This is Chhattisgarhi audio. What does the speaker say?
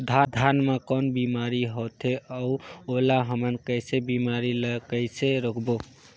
धान मा कौन बीमारी होथे अउ ओला हमन कइसे बीमारी ला कइसे रोकबो?